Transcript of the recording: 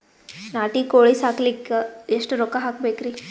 ನಾಟಿ ಕೋಳೀ ಸಾಕಲಿಕ್ಕಿ ಎಷ್ಟ ರೊಕ್ಕ ಹಾಕಬೇಕ್ರಿ?